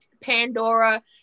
Pandora